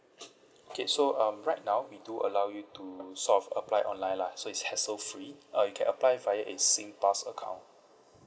okay so um right now we do allow you to sort of apply online lah so it's hassle free uh you can apply via a singpass account